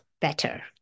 better